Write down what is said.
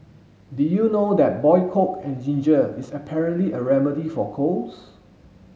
did you know that boil coke and ginger is apparently a remedy for colds